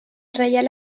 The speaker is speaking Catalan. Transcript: reial